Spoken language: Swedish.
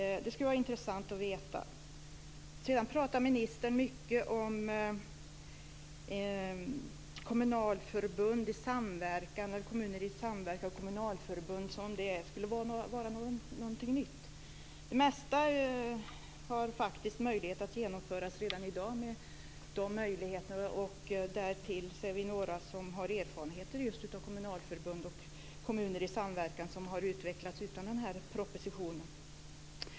Det skulle vara intressant att veta. Sedan talade ministern mycket om kommuner i samverkan och kommunalförbund som om det skulle vara någonting nytt. Det mesta finns det faktiskt möjlighet att genomföra redan i dag. Därtill är vi några som har erfarenheter av kommunalförbund och kommuner i samverkan som har utvecklats utan denna proposition.